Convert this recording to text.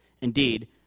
Indeed